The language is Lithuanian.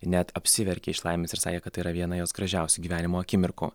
net apsiverkė iš laimės ir sakė kad tai yra viena jos gražiausių gyvenimo akimirkų